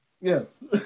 Yes